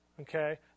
okay